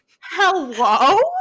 Hello